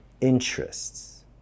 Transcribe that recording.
interests